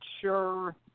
sure